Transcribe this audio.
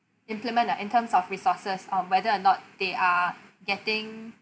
implement the in terms of resources um whether or not they are getting